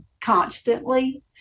constantly